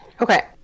okay